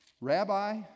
Rabbi